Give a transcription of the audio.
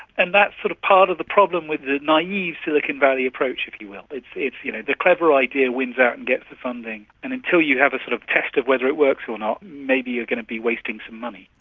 and that's sort of part of the problem with the naive silicon valley approach, if you will. it's it's you know the clever idea wins out and get the funding, and until you have a sort of test of whether it works or not, maybe you're going to be wasting some money.